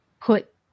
put